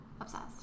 obsessed